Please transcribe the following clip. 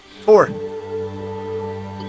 Four